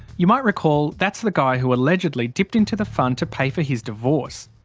you might recall that's the guy who allegedly dipped into the fund to pay for his divorce.